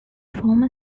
former